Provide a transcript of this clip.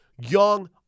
young